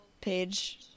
page